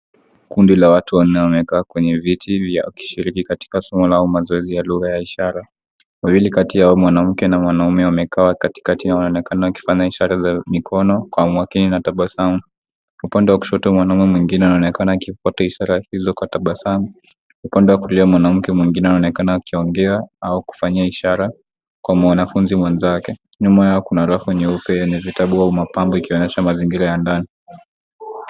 Kundi la watu waliokaa viti vya kushuriki katika mazoezi ya somo la lugha za ishara. Wawili kati yao mwanamke na mwanaume wamekaa katikati na wanaonekana wakifanya ishara za mikono kwa umakaini na tabasamu. Upande wa kushoto mwanaume mwingine anaonekana akipata ishara izo tabasamu upande wa kulia mwanamke mwingine anaonekana akiongea au kufanya ishara kwa mwanafunzi mwenzake. Nyuma yao kuna rafu nyeupe yenye vitabu au mapambo ikionyesha mazingira ya ndani.